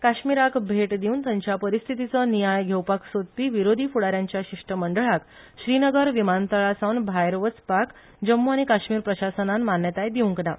काश्मीराक भेट दिवन थंयच्या परिस्थीतीचो नियाळ घेवपाक सोदपी विरोधी फुडा यांच्या शिष्टमंडळाक श्रीनगर विमानतळ सोडुन वचपाक जम्मू आनी काश्मीर प्रशासनान मान्यताय दिवंक ना